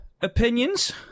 opinions